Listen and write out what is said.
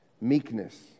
meekness